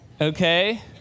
Okay